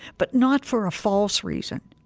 but not for a false reason.